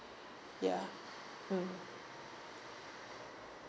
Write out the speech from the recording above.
ya mm